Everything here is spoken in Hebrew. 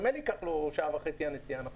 ממילא הנסיעה תיקח לו שעה וחצי, נכון?